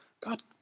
God